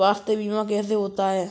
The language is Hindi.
स्वास्थ्य बीमा कैसे होता है?